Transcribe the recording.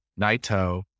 Naito